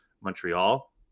Montreal